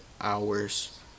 hours